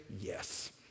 yes